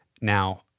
Now